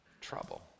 trouble